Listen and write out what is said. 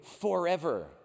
forever